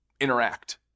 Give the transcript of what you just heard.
interact